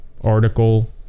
article